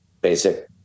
basic